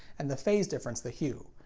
and the phase difference the hue.